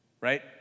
right